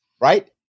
right